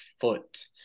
foot